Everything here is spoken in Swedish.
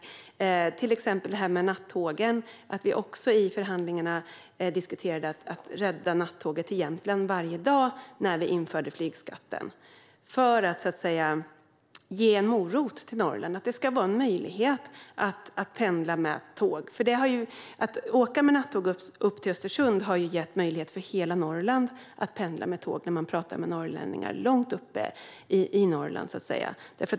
Vi har till exempel nattågen. I förhandlingarna diskuterade vi att rädda nattågen till Jämtland, som går varje dag, för att ge en morot till Norrland när flygskatten införs. Det ska vara en möjlighet att pendla med tåg. Att åka med nattåg upp till Östersund har gett möjlighet för hela Norrland att pendla med tåg, hör man när man pratar med norrlänningar som bor långt upp.